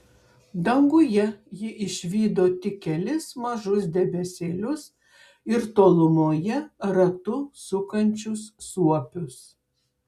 danguje ji išvydo tik kelis mažus debesėlius ir tolumoje ratu sukančius suopius